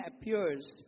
appears